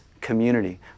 community